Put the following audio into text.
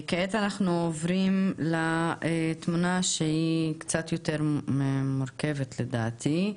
כעת אנחנו עוברים לתמונה שהיא קצת יותר מורכבת לדעתי.